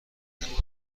کردهام